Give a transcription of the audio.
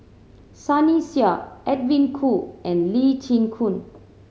Sunny Sia Edwin Koo and Lee Chin Koon